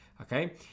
okay